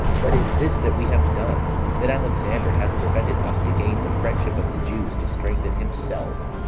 what is this that we have done, that alexander hath prevented us to gain the friendship of the jews to strengthen himself?